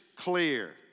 clear